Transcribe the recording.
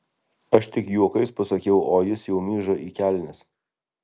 aš tik juokais pasakiau o jis jau myža į kelnes